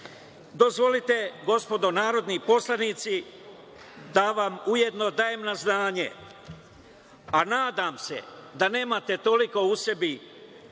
torbi. Dozvolite, gospodo narodni poslanici, da vam ujedno dajem na znanje, a nadam se da nemate toliko u sebi